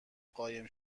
قایم